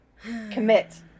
Commit